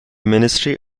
ministry